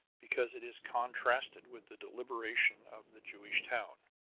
because it is contrasted with the deliberation of the jewish town.